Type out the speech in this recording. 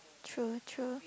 true true